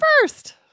first